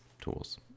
tools